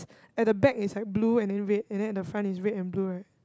at the back it's like blue and then red and then at the front is red and blue right